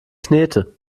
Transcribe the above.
knete